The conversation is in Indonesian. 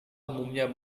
umumnya